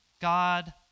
God